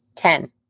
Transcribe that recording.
Ten